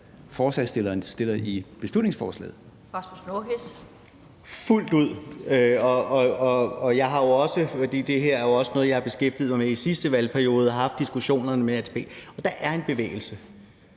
forslagsstillerne opstiller i beslutningsforslaget. Kl.